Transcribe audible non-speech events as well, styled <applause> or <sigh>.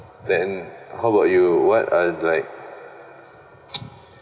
then how about you what are like <noise>